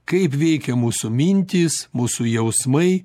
kaip veikia mūsų mintys mūsų jausmai